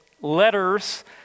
letters